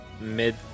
mid